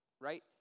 right